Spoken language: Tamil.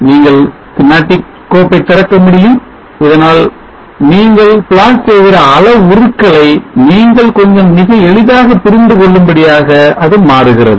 நீங்கள் schematic கோப்பை திறக்க முடியும் இதனால் நீங்கள் plot செய்கிற அளவுருக்களை நீங்கள் கொஞ்சம் மிக எளிதாக புரிந்து கொள்ளும்படியாக அது மாறுகிறது